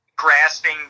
Grasping